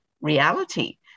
reality